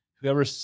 whoever